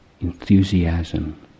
enthusiasm